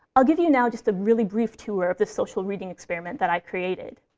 i'll give you, now, just a really brief tour of the social reading experiment that i created.